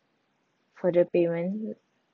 for the payment